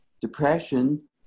Depression